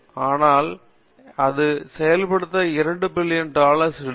ஆனால் அது செயல்படுத்த 2 பில்லியன் டாலர்களை எடுக்கும்